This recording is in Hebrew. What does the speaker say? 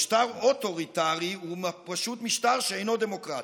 משטר אוטוריטרי הוא פשוט משטר שאינו דמוקרטי.